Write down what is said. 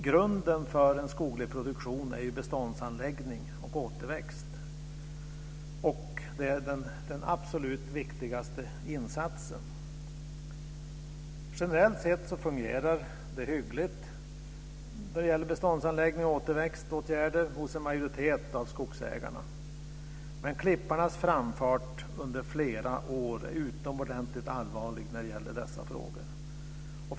Grunden för en skoglig produktion är beståndsanläggning och återväxt, och det är den absolut viktigaste insatsen. Generellt sett fungerar det hyggligt då det gäller beståndsanläggningar och återväxtåtgärder hos en majoritet av skogsägarna. Men klipparnas framfart under flera år är utomordentligt allvarlig när det gäller dessa frågor.